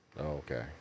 okay